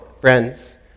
friends